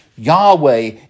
Yahweh